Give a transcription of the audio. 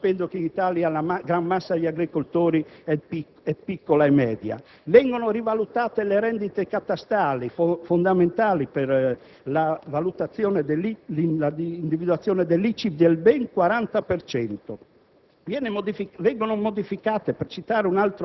fossero dei grandi capitalisti, non sapendo che invece, in Italia, la gran massa è su livelli piccoli e medi. Vengono rivalutate le rendite catastali, fondamentali per l'individuazione dell'ICI, del 40